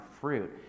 fruit